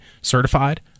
certified